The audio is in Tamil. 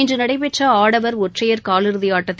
இன்று நடைபெற்ற ஆடவர் ஒற்றையர் காலிறுதி ஆட்டத்தில்